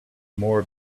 more